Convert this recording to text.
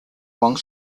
wrong